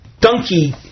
donkey